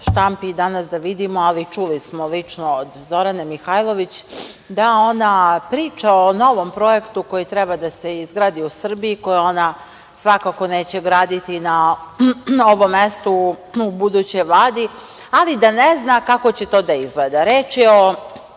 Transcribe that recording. štampi i danas da vidimo, ali čuli smo lično od Zorane Mihajlović da ona priča o novom projektu koji treba da se izgradi u Srbiji, koji ona svakako neće graditi na ovom mestu u budućoj vladi, ali i da ne zna kako će to da izgleda. Reč je o